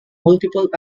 multiple